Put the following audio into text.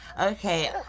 Okay